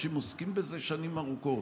אנשים עוסקים בזה שנים ארוכות.